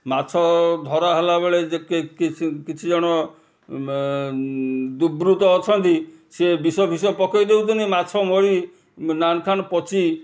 ମାଛ ଧରାହେଲାବେଳେ କିଛି ଜଣ ଦୃର୍ବୃତ୍ତ ଅଛନ୍ତି ସିଏ ବିଷ ଫିସ ପକାଇ ଦେଉଛନ୍ତି ମାଛ ମରି ପଚି